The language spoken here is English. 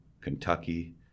Kentucky